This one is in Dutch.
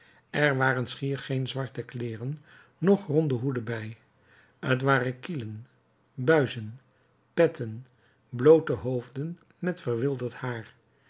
er waren schier geen zwarte kleeren noch ronde hoeden bij t waren kielen buizen petten bloote hoofden met verwilderd haar